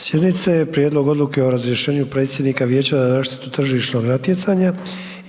(HDZ)** a) Prijedlog odluke o razrješenju predsjednika Vijeća za zaštitu tržišnog natjecanja,